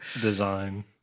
design